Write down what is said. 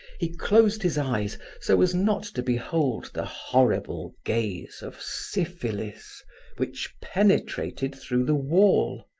he closed his eyes so as not to behold the horrible gaze of syphilis which penetrated through the wall,